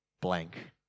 blank